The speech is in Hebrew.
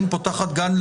החוק לא